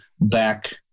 back